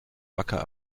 wacker